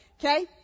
Okay